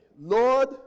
Lord